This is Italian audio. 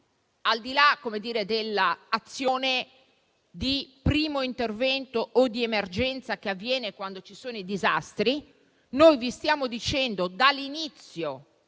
Al di là dell'azione di primo intervento in emergenza, che avviene quando ci sono i disastri, noi vi stiamo dicendo dall'inizio